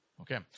Okay